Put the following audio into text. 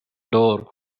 door